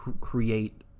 create